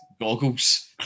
goggles